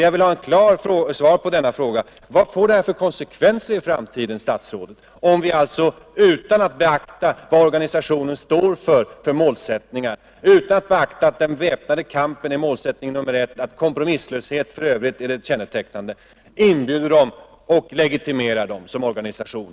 Jag vill ha ett klart svar på denna fråga: Vad får det för konsekvenser i framtiden, herr statsråd, om vi inbjuder och legitimerar en organisation utan att beakta att den väpnade kampen är dess målsättning nr 1 och att kompromisslöshet för övrigt är dess främsta kännetecken?